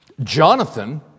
Jonathan